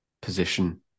position